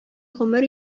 гомер